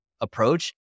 approach